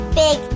big